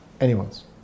Anyone's